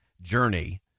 journey